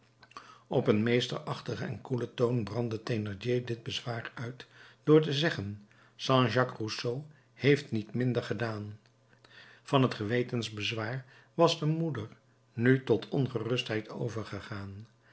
op een meesterachtigen en koelen toon brandde thénardier dit bezwaar uit door te zeggen jean jacques rousseau heeft niet minder gedaan van het gewetensbezwaar was de moeder nu tot ongerustheid overgegaan